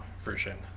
version